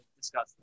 discuss